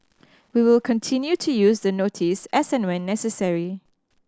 we will continue to use the notice as and when necessary